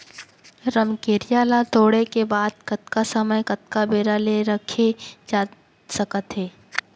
रमकेरिया ला तोड़े के बाद कतका समय कतका बेरा ले रखे जाथे सकत हे?